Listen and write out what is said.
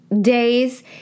days